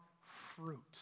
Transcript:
fruit